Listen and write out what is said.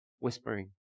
Whispering